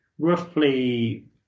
roughly